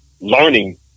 learning